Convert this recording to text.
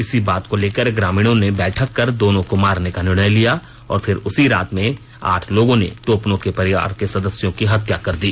इसी बात को लेकर ग्रामीणों ने बैठक कर दोनों को मारने का निर्णय लिया और फिर उसी रात में आठ लोगों ने टोपनो के परिवार के सदस्यों की हत्या कर दी